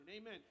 Amen